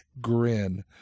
grin